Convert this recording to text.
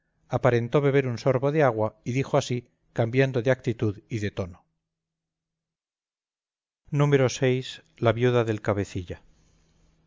aparentó beber un sorbo de agua y dijo así cambiando de actitud y de tono vi la viuda del cabecilla